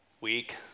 week